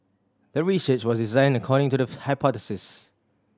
the research was designed according to the hypothesis